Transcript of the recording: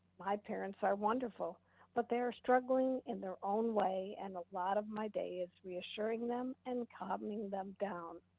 my parents are wonderful but they are struggling in their own way and a lot of my day is reassuring them and calming them down.